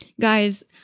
Guys